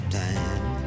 time